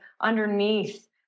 underneath